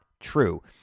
true